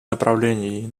направлений